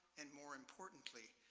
and more importantly,